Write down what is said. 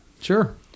Sure